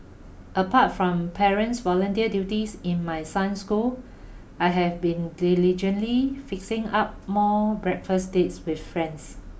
apart from parents volunteer duties in my son's school I have been diligently fixing up more breakfast dates with friends